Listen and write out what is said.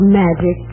magic